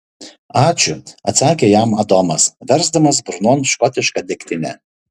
ačiū atsakė jam adomas versdamas burnon škotišką degtinę